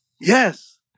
Yes